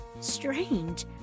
strange